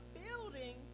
building